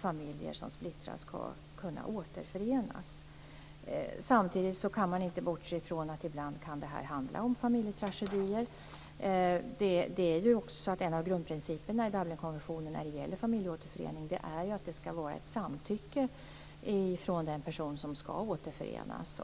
familjer som splittras ska kunna återförenas. Samtidigt kan man inte bortse från att det ibland kan handla om familjetragedier. En av grundprinciperna i Dublinkonventionen när det gäller familjeåterförening är att det ska vara ett samtycke från den person som ska återförenas.